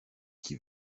qui